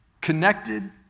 connected